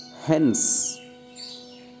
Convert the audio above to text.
Hence